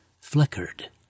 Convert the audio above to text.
flickered